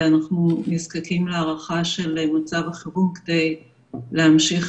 ואנחנו נזקקים להארכה של מצב החירום כדי להמשיך